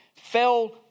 fell